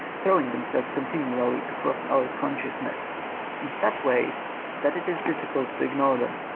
throv ing themselves continually across our consciousness in such ways that it is difficult to ignore them.